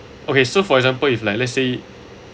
okay so for example if like let's say